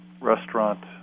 restaurant